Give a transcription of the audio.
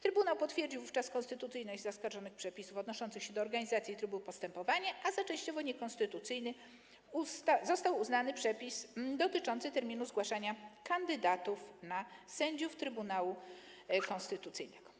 Trybunał potwierdził wówczas konstytucyjność zaskarżonych przepisów odnoszących się do organizacji i trybu postępowania, a za częściowo niekonstytucyjny został uznany przepis dotyczący terminu zgłaszania kandydatów na sędziów Trybunału Konstytucyjnego.